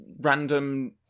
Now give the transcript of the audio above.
random